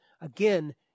again